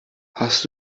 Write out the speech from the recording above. hast